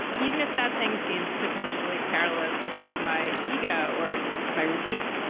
even if that thing seems potentially perilous to my ego or my routine.